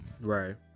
Right